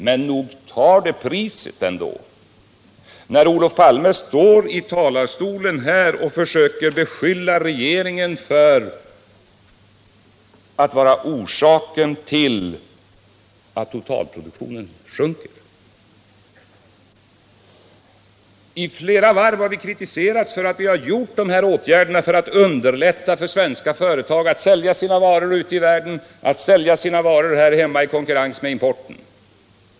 Men nog tar det ändå priset när Olof Palme här i talarstolen försöker beskylla regeringen för att vara orsaken till att totalproduktionen sjunker. I flera varv har vi kritiserats för att vi vidtagit de åtgärder som jag har nämnt för att underlätta för svenska företag att sälja sina varor ute i världen och att sälja sina varor här hemma i konkurrens med importen.